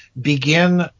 begin